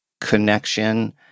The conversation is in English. connection